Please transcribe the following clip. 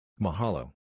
Mahalo